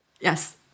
Yes